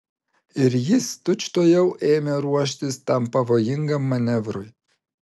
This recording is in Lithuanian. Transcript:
ir jis tučtuojau ėmė ruoštis tam pavojingam manevrui